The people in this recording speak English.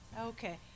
Okay